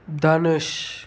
Dhanush